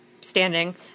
standing